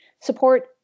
support